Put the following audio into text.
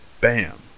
Bam